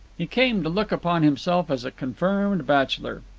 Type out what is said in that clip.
he came to look upon himself as a confirmed bachelor.